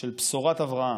של בשורת אברהם.